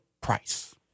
Price